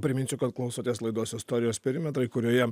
priminsiu kad klausotės laidos istorijos perimetrai kurioje